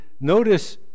notice